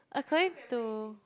according to